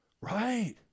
Right